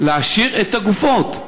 להשאיר את הגופות.